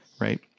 right